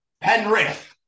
Penrith